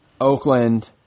Oakland